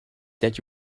that